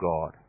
God